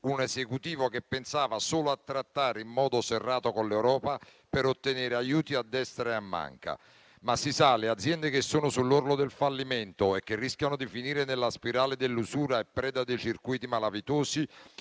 un Esecutivo che pensava solo a trattare in modo serrato con l'Europa per ottenere aiuti a destra e a manca. Ma, si sa, le aziende che sono sull'orlo del fallimento, e che rischiano di finire nella spirale dell'usura e preda dei circuiti malavitosi,